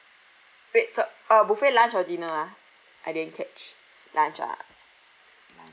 wait stop uh buffet lunch or dinner ah I didn't catch lunch lah lunch